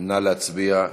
נא להצביע.